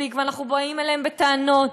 ואנחנו באים אליהן בטענות,